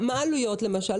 מה העלויות למשל?